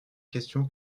question